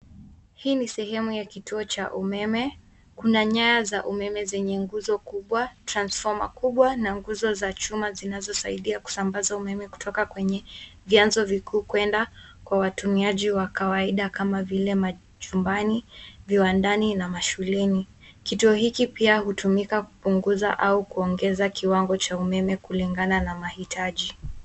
Hii ni sehemu ya kituo cha umeme .Kuna nyaya za umeme zenye nguzo kubwa, transfoma kubwa na nguzo za chuma zinazosaidia kusambaza umeme kutoka kwenye vianzo vikuu, kwenda kwa watumiaji wa kawaida kama vile machumbani, viwandani na mashuleni. Kituo hiki pia hutumika kupunguza au kuongeza kiwango cha umeme kulingana na mahitaji.